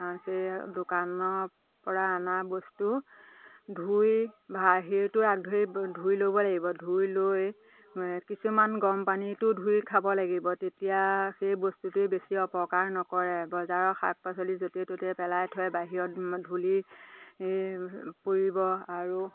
সেই দোকানৰপৰা অনা বস্তু ধুই বাহিৰটো আগ ধৰি ধুই ল'ব লাগিব ধুই লৈ কিছুমান গৰম পানীটো ধুই খাব লাগিব তেতিয়া সেই বস্তুটোৱেই বেছি অপকাৰ নকৰে বজাৰৰ শাক পাচলি য'তে ত'তে পেলাই থৈ বাহিৰত ধূলি পৰিব আৰু